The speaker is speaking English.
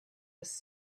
was